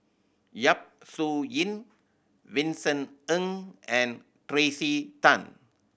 Yap Su Yin Vincent Ng and Tracey Tan